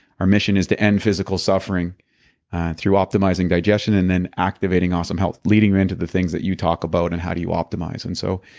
our mission is to end physical suffering through optimizing digestion and then activating awesome health leading into the things that you talk about and how do you optimize and so,